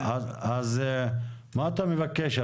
אביר, מה אתה מבקש?